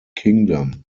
kingdom